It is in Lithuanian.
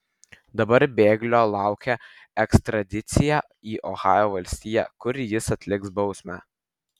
dabar bėglio laukia ekstradicija į ohajo valstiją kur jis atliks bausmę